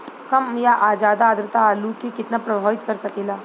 कम या ज्यादा आद्रता आलू के कितना प्रभावित कर सकेला?